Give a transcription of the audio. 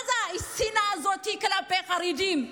מה זה השנאה הזאת כלפי חרדים,